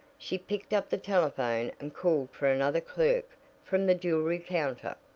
she picked up the telephone and called for another clerk from the jewelry counter.